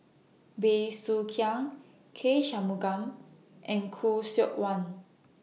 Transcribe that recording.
Bey Soo Khiang K Shanmugam and Khoo Seok Wan